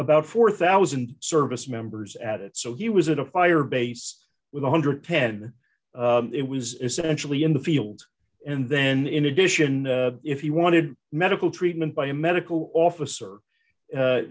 about four thousand service members at it so he was at a fire base with one hundred pen it was essentially in the field and then in addition if you wanted medical treatment by a medical officer